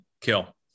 kill